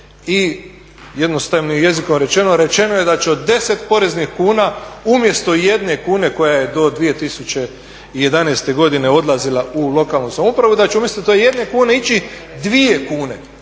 I jednostavnim jezikom rečeno, rečeno je da će od deset poreznih kuna umjesto jedne kune koja je do 2011. godine odlazila u lokalnu samoupravu, da će umjesto te jedne kune ići dvije kune.